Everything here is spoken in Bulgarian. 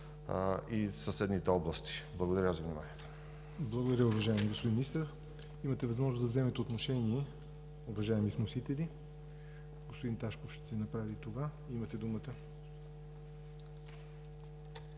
и съседните области. Благодаря. ПРЕДСЕДАТЕЛ ЯВОР НОТЕВ: Благодаря, уважаеми господин Министър. Имате възможност да вземете отношение, уважаеми вносители. Господин Ташков ще направи това – имате думата.